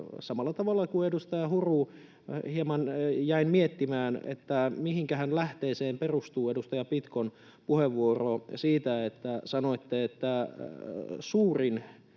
samalla tavalla kuin edustaja Huru jäin hieman miettimään, että mihinkähän lähteeseen perustuu edustaja Pitkon puheenvuoro siitä, kun sanoitte, että suurin